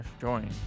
join